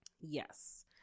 Yes